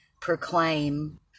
proclaim